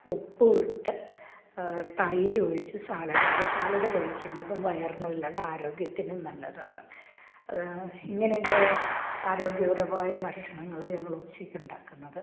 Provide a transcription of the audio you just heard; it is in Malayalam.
ഉപ്പുമിട്ട് തൈരു ഒഴിച്ച് സാലഡായി സാലഡ് കഴിക്കുന്നതും വയറിന് നല്ലത് ആരോഗ്യത്തിനും നല്ലതാണ് ഇങ്ങനെയൊക്കെ ആരോഗ്യപരമായ ഭക്ഷണങ്ങൾ ഞങ്ങൾ ഉച്ചക്കുണ്ടാക്കുന്നത്